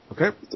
Okay